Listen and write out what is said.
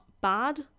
bad